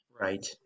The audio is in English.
Right